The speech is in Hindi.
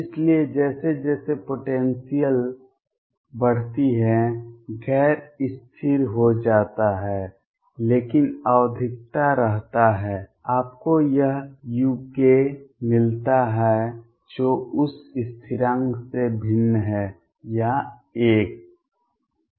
इसलिए जैसे जैसे पोटेंसियल बढ़ती है गैर स्थिर हो जाता है लेकिन आवधिक रहता है आपको यह uk मिलता है जो उस स्थिरांक से भिन्न है या 1